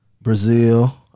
Brazil